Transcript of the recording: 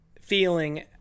feeling